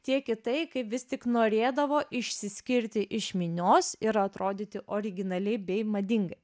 tiek į tai kaip vis tik norėdavo išsiskirti iš minios ir atrodyti originaliai bei madingai